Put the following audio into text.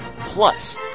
Plus